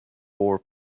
four